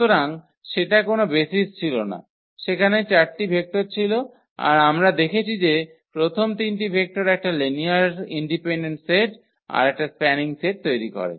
সুতরাং সেটা কোন বেসিস ছিল না সেখানে 4 টি ভেক্টর ছিল আর আমরা দেকেছি যে প্রথম 3 টি ভেক্টর একটা লিনিয়ার ইন্ডিপেন্ডেন্ট সেট আর একটা স্প্যানিং সেট তৈরি করে